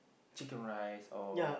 chicken-rice or